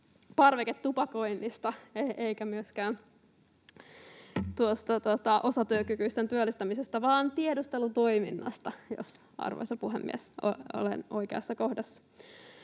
parveketupakoinnista eikä myöskään tuosta osatyökykyisten työllistämisestä, vaan tiedustelutoiminnasta, jos, arvoisa puhemies, olen oikeassa kohdassa.